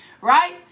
Right